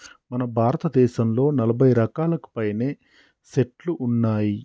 మన భారతదేసంలో నలభై రకాలకు పైనే సెట్లు ఉన్నాయి